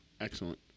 Excellent